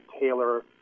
tailor